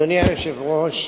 אדוני היושב-ראש,